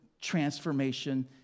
Transformation